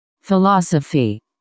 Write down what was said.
Philosophy